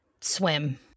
Swim